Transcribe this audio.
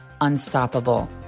unstoppable